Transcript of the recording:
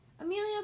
Amelia